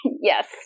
yes